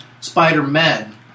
Spider-Man